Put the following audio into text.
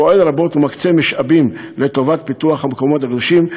ופועל רבות מקצה משאבים לטובת פיתוח המקומות הקדושים.